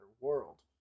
world